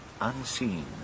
unseen